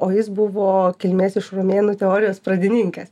o jis buvo kilmės iš romėnų teorijos pradininkas